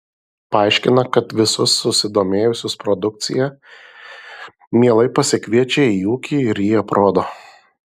paaiškina kad visus susidomėjusius produkcija mielai pasikviečia į ūkį ir jį aprodo